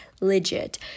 legit